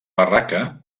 barraca